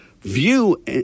view